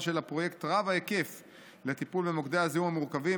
של הפרויקט רב-ההיקף לטיפול במוקדי הזיהום המורכבים